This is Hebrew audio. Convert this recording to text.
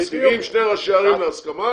מסכימים שני ראשי ערים להסכמה